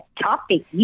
topic